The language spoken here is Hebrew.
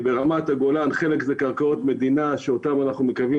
ברמת הגולן חלק אלה קרקעות מדינה אותן אנחנו מתכוונים